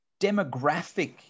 demographic